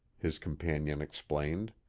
his companion explained.